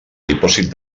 dipòsit